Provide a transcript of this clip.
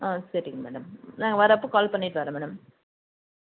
ஆ சரிங்க மேடம் நாங்கள் வரப்போ கால் பண்ணிவிட்டு வரேன் மேடம்